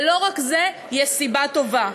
ולא רק זה, יש סיבה טובה.